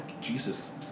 Jesus